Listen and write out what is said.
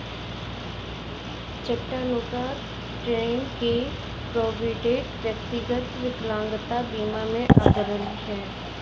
Chattanooga, Tenn के Provident, व्यक्तिगत विकलांगता बीमा में अग्रणी हैं